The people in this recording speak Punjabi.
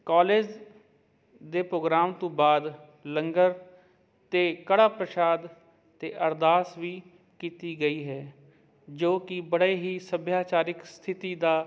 ਕਾਲਜ ਦੇ ਪ੍ਰੋਗਰਾਮ ਤੋਂ ਬਾਅਦ ਲੰਗਰ ਅਤੇ ਕੜਾਹ ਪ੍ਰਸ਼ਾਦ ਅਤੇ ਅਰਦਾਸ ਵੀ ਕੀਤੀ ਗਈ ਹੈ ਜੋ ਕਿ ਬੜੇ ਹੀ ਸੱਭਿਆਚਾਰਿਕ ਸਥਿਤੀ ਦਾ